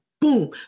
boom